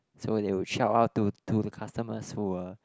so they would shout out to to the customers who were